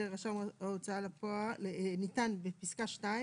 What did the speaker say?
בפסקה (2),